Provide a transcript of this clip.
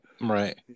right